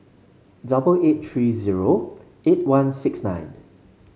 double eight three zero eight one six nine